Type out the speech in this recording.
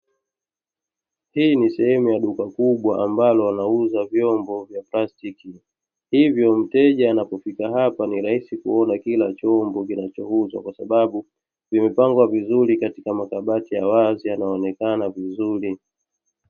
Hii ni sehemu ya duka kubwa ambalo wanauza vyombo vya plastiki, hivyo mteja anapofika hapa ni rahisi kuona kila chombo kinachouzwa kwa sababu, vimepangwa vizuri katika makabati ya wazi yanayoonekana vizuri.